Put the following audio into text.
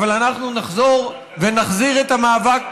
אבל אנחנו נחזור ונחזיר את המאבק,